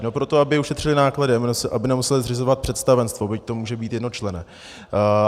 No proto, aby ušetřili náklady, aby nemuseli zřizovat představenstvo, byť to může být jednočlenné.